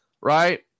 Right